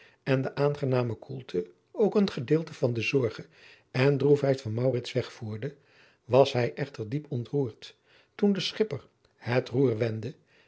maurits lijnslager aangename koelte ook een gedeelte van de zorge en droefheid van maurits wegvoerde was hij echter diep ontroerd toen de schipper het roer